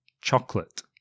chocolate